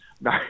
No